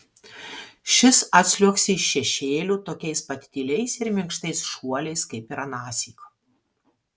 šis atliuoksi iš šešėlių tokiais pat tyliais ir minkštais šuoliais kaip ir anąsyk